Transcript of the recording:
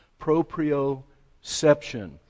Proprioception